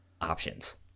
options